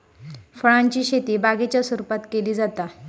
फळांची शेती बागेच्या स्वरुपात केली जाता